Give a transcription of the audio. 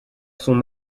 son